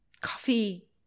coffee